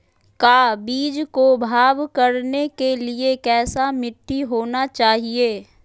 का बीज को भाव करने के लिए कैसा मिट्टी होना चाहिए?